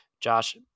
Josh